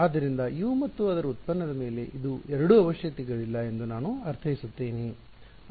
ಆದ್ದರಿಂದ U ಮತ್ತು ಅದರ ಉತ್ಪನ್ನದ ಮೇಲೆ ಇದು ಎರಡು ಅವಶ್ಯಕತೆಗಳಿಲ್ಲ ಎಂದು ನಾನು ಅರ್ಥೈಸುತ್ತೇನೆ